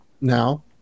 now